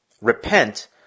Repent